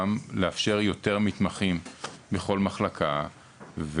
גם לאפשר יותר מתמחים בכל מחלקה.